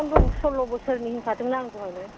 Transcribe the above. पनद्र सरल' बोसोरनि होनखादों आं दहायनो